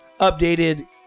updated